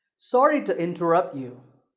sorry to interrupt you.